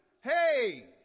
hey